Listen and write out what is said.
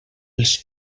els